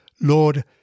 Lord